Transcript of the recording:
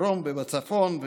בדרום ובצפון,